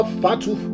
fatu